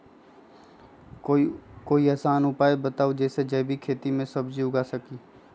कोई आसान उपाय बताइ जे से जैविक खेती में सब्जी उगा सकीं?